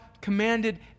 commanded